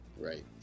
Right